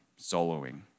soloing